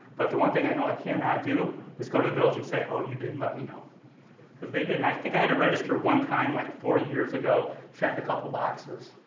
but the one thing i know i cannot do is go to the village and say, oh you didn't let me know because they did and i think i had register one time, like four years ago. check a couple boxes.